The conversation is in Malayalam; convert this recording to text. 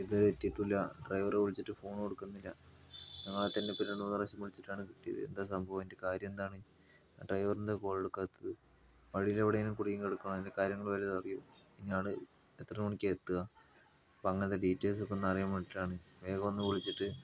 ഇതുവരെ എത്തീട്ടുമില്ല ഡ്രൈവറെ വിളിച്ചിട്ട് ഫോണെടുക്കുന്നില്ല ഞാനാണെങ്കിൽ രണ്ട് മൂന്ന് വിളിച്ചിട്ടാണ് കിട്ടിയത് എന്താ സംഭവം എന്താ കാര്യം എന്താണ് ഡ്രൈവറെന്താണ് കോളെടുക്കാത്തത് വഴിലെവിടേങ്കിലും കുടുങ്ങി കിടക്കുവാണോ അതിൻ്റെ കാര്യങ്ങള് വല്ലതും അറിയുമോ ഇനി അയാള് എത്ര മണിക്കാണ് എത്തുക ഇപ്പ അങ്ങനത്തെ ഡീറ്റെയിൽസൊക്കെ ഒന്ന് അറിയാൻ വേണ്ടീട്ടാണ് വേഗമൊന്ന് വിളിച്ചിട്ട്